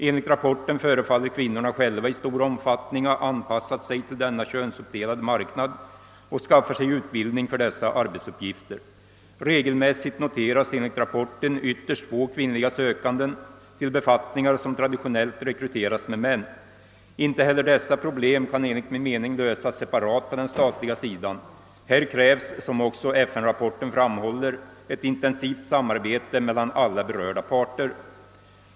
Enligt rapporten förefaller kvinnorna själva i stor omfattning ha anpassat sig till denna könsuppdelade marknad och skaffar sig utbildning för dessa arbetsuppgifter. Re gelmässigt noteras enligt rapporten ytterst få kvinnliga sökande till befattningar som traditionellt rekryteras med män. Inte heller dessa problem kan enligt min mening lösas separat på den statliga sidan. Här krävs som också FN-rapporten framhåller ett intensivt samarbete mellan alla berörda parter.